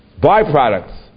byproducts